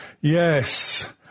Yes